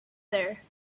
there